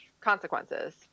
consequences